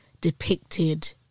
depicted